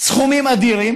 סכומים אדירים